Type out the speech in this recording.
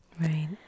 Right